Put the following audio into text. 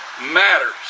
matters